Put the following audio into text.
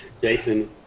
Jason